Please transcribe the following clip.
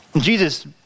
Jesus